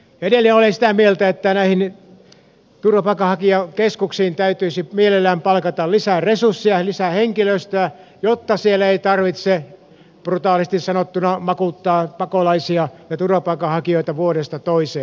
edelleen olen sitä mieltä että näihin turvapaikanhakijakeskuksiin täytyisi mielellään palkata lisää resursseja lisää henkilöstöä jotta siellä ei tarvitse brutaalisti sanottuna makuuttaa pakolaisia ja turvapaikanhakijoita vuodesta toiseen